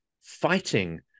fighting